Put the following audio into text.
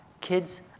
Kids